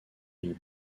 pays